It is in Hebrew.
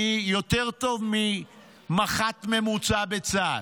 אני יותר טוב ממח"ט ממוצע בצה"ל.